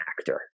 actor